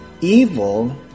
evil